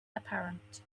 apparent